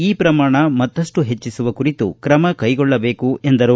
ಈ ಪ್ರಮಾಣ ಮತ್ತಷ್ಟು ಹೆಚ್ಚಿಸುವ ಕುರಿತು ಕ್ರಮ ಕೈಗೊಳ್ಳಬೇಕು ಎಂದರು